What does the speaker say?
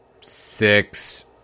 six